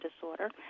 disorder